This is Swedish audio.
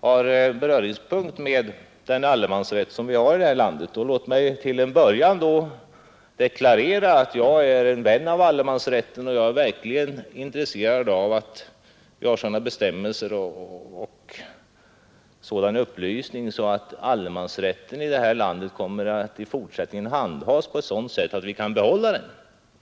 har beröringspunkter med den allemansrätt vi har i detta land. Låt mig då till en början deklarera att jag är en vän av allemansrätten och är verkligt intresserad av att vi har sådana bestämmelser och sådan upplysning att allemansrätten i detta land i fortsättningen kommer att handhas på ett sådant sätt att vi kan behålla den.